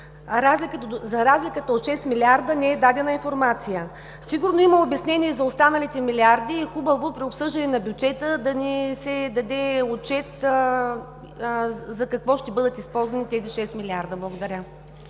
За разликата от 6 млрд. не е дадена информация. Сигурно има обяснение за останалите милиарди. Хубаво е при обсъждане на бюджета да ни се даде отчет за какво ще бъдат използвани тези 6 милиарда. Благодаря.